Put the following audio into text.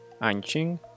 Anqing